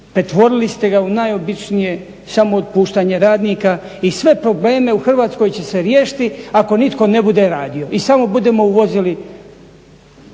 Pretvorili ste ga u najobičnije samo otpuštanje radnika i svi probleme u Hrvatskoj će se riješiti ako nitko ne bude radio i samo budemo uvozili